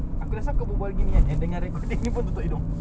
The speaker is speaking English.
aku rasa kau berbual gini kan yang dengar recording ni pun tutup hidung